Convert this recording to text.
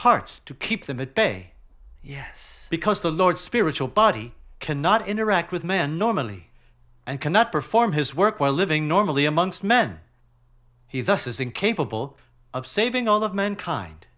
hearts to keep them at bay yes because the lord spiritual body cannot interact with men normally and cannot perform his work while living normally amongst men he thus is incapable of saving all of mankind